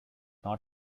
not